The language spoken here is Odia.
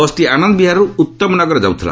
ବସ୍ଟି ଆନନ୍ଦ ବିହାରରୁ ଉତ୍ତମ ନଗର ଯାଉଥିଲା